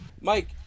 Mike